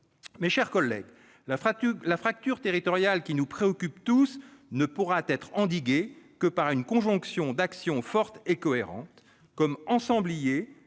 Mes chers collègues, la fracture territoriale, qui nous préoccupe tous, ne pourra être réduite que par la conjonction d'actions fortes et cohérentes. En tant qu'ensemblier,